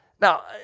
Now